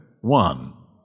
One